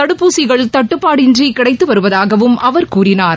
தடுப்பூசிகள் தட்டுப்பாடின்றி கிடைத்து வருவதாகவும் அவர் கூறினார்